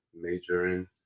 majoring